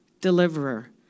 deliverer